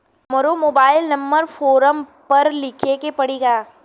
हमरो mobile number forum पर लिखे के पड़ी का?